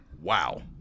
Wow